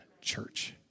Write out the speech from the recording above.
church